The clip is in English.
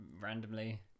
randomly